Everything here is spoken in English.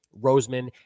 Roseman